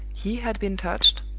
he had been touched,